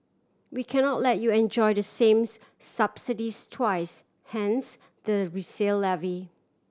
we cannot let you enjoy the sames subsidies twice hence the resale levy